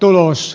los